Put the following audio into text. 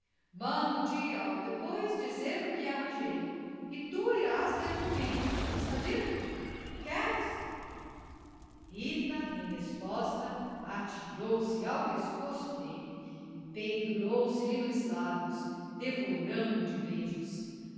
mando-te ao depois dizer o que arranjei e tu irás ter comigo está dito queres rita em resposta atirou-se ao pescoço dele e pendurou se lhe nos lábios devorando o de beijos